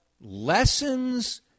lessons